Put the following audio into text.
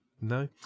No